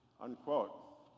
Unquote